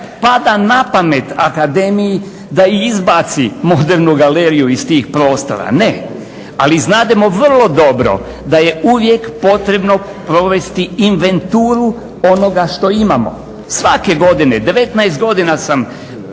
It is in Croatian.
pada na pamet da izbaci Modernu galeriju iz tih prostora. Ne, ali znademo vrlo dobro da je uvijek potrebno provesti inventuru onoga što imamo. Svake godine 19 godina sam